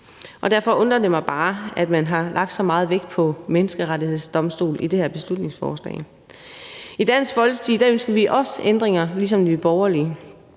og derfor undrer det mig bare, at man har lagt så meget vægt på Menneskerettighedsdomstolen i det her beslutningsforslag. I Dansk Folkeparti ønsker vi også ændringer ligesom Nye Borgerlige.